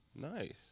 Nice